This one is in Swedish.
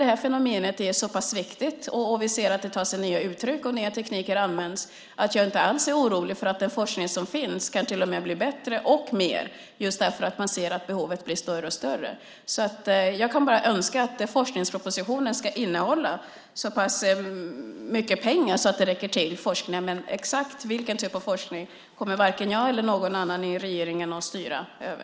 Det här fenomenet är så pass viktigt, och vi ser att det tar sig nya uttryck och att nya tekniker används, att jag inte alls är orolig för att den forskning som finns kan bli till och med bättre och mer därför att behovet blir större och större. Jag kan bara önska att forskningspropositionen ska innehålla så pass mycket pengar att det räcker till forskningen, men exakt vilken typ av forskning det ska vara fråga om kommer varken jag eller någon annan i regeringen att styra över.